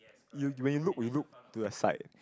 you when you look we look to the side